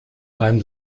beim